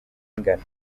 ingano